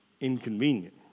inconvenient